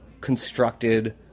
constructed